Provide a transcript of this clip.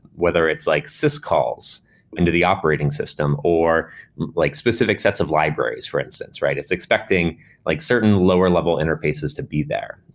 whether it's like syscalls into the operating system or like specific sets of libraries, for instance. it's expecting like certain lower level interfaces to be there.